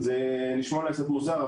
זה נשמע אולי קצת מוזר,